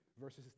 verses